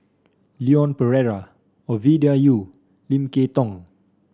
Leon Perera Ovidia Yu Lim Kay Tong